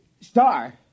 Star